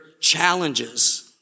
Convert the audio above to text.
challenges